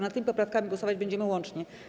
Nad tymi poprawkami głosować będziemy łącznie.